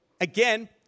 again